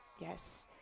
Yes